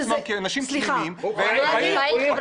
עצמם כאנשים תמימים ------ סליחה,